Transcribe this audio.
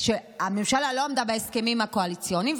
שהממשלה לא עמדה בהסכמים הקואליציוניים,